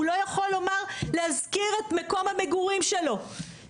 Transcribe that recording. הוא לא יכול לומר להזכיר את מקום המגורים שלו,